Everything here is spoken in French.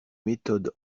méthode